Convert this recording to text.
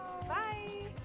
Bye